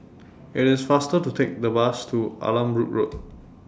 IT IS faster to Take The Bus to Allanbrooke Road